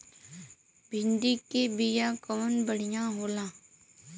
भिंडी के बिया कवन बढ़ियां होला?